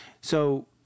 So-